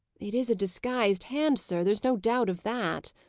it is a disguised hand, sir there's no doubt of that,